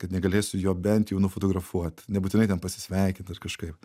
kad negalėsiu jo bent jau nufotografuot nebūtinai ten pasisveikinti ar kažkaip